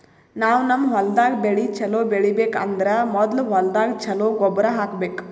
ನಾವ್ ನಮ್ ಹೊಲ್ದಾಗ್ ಬೆಳಿ ಛಲೋ ಬೆಳಿಬೇಕ್ ಅಂದ್ರ ಮೊದ್ಲ ಹೊಲ್ದಾಗ ಛಲೋ ಗೊಬ್ಬರ್ ಹಾಕ್ಬೇಕ್